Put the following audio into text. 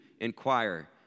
Inquire